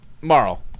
Marl